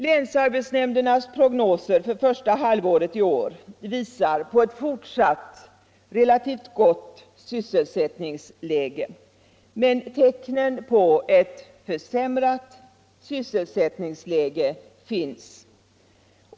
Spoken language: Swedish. Länsarbetsnämndernas prognoser för första halvåret i år visar på ett fortsatt relativt gott sysselsättningsläge, men tecken på ett försämrat sysselsättningsläge finns.